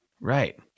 right